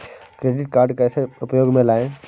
Credit card कैसे उपयोग में लाएँ?